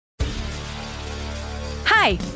hi